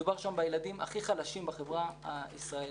מדובר שם בילדים הכי חלשים בחברה הישראלית.